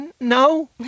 No